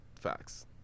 facts